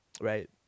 right